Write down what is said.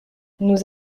nous